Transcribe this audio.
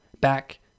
back